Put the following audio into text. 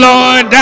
Lord